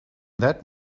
that